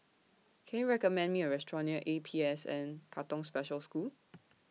Can YOU recommend Me A Restaurant near A P S N Katong Special School